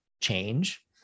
change